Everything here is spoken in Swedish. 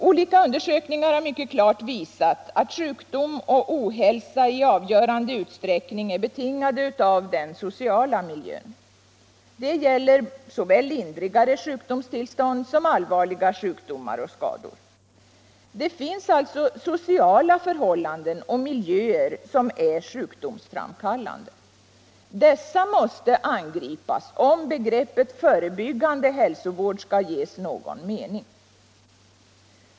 Olika undersökningar har mycket klart visat att sjukdom och ohälsa i avgörande utsträckning är betingade av den sociala miljön. Detta gäller såväl lindrigare sjukdomstillstånd som allvarliga sjukdomar och skador. Det finns alltså sociala förhållanden och miljöer som är sjukdomsframkallande. Dessa måste angripas, om begreppet förebyggande hälsovård skall få någon mening.